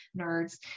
nerds